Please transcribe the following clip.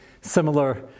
similar